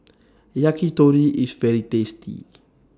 Yakitori IS very tasty